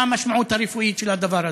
מה המשמעות הרפואית של הדבר הזה.